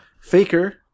Faker